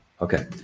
Okay